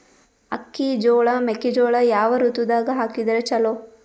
ಅಕ್ಕಿ, ಜೊಳ, ಮೆಕ್ಕಿಜೋಳ ಯಾವ ಋತುದಾಗ ಹಾಕಿದರ ಚಲೋ?